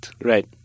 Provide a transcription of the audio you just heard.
Right